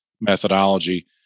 methodology